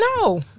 no